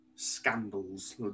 scandals